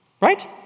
right